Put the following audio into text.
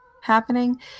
happening